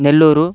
Nellore